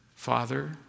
father